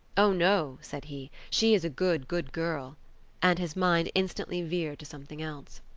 oh, no said he she is a good, good girl and his mind instantly veered to something else.